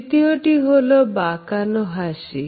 দ্বিতীয় টি হল বাকানো হাসি